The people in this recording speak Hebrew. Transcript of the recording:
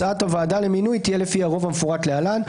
הצעת הוועדה למינוי תהיה לפי הרוב המפורט להלן: